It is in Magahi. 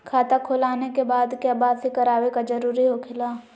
खाता खोल आने के बाद क्या बासी करावे का जरूरी हो खेला?